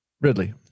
Ridley